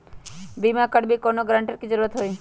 बिमा करबी कैउनो गारंटर की जरूरत होई?